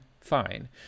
fine